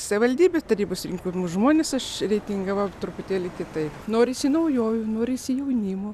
savivaldybės tarybos rinkim žmonės aš reitingavau truputėlį kitaip norisi naujovių norisi jaunimo